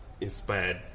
inspired